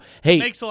hey